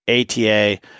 ATA